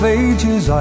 ages